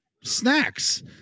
snacks